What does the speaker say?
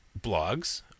blogs